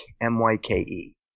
M-Y-K-E